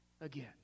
again